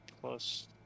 plus